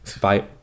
Bye